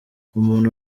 umuntu